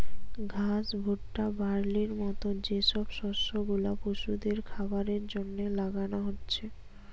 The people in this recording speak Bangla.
ঘাস, ভুট্টা, বার্লির মত যে সব শস্য গুলা পশুদের খাবারের জন্যে লাগানা হচ্ছে